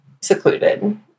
secluded